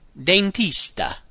dentista